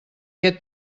què